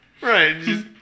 Right